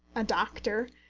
a doctor,